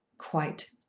quite.